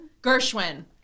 Gershwin